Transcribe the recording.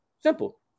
Simple